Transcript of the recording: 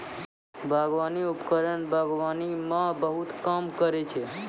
बागबानी उपकरण बागबानी म बहुत काम करै छै?